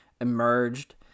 emerged